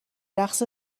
رقص